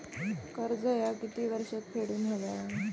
कर्ज ह्या किती वर्षात फेडून हव्या?